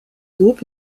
groupe